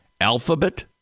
Alphabet